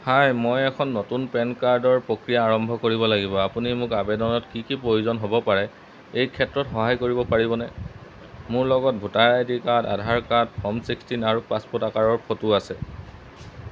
হাই মই এখন নতুন পেন কাৰ্ডৰ প্ৰক্ৰিয়া আৰম্ভ কৰিব লাগিব আপুনি মোক আবেদনত কি কি প্ৰয়োজন হ'ব পাৰে এই ক্ষেত্ৰত সহায় কৰিব পাৰিবনে মোৰ লগত voter I D card Aadhaar card form sixteen আৰু পাছপোৰ্ট আকাৰৰ ফটো আছে